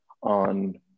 on